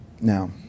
Now